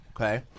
okay